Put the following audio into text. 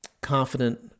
confident